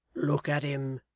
look at him!